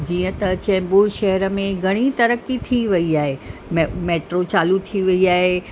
जीअं त चैम्बूर शहर में घणी तरक़ी थी वयी आहे मे मेट्रो चालू थी वयी आहे